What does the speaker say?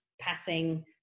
passing